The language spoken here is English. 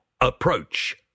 approach